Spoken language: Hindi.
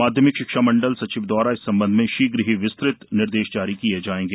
माध्यमिक शिक्षा मंडल सचिव द्वारा इस संबंध में शीघ्र ही विस्तृत निर्देश जारी किये जाएंगे